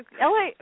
LA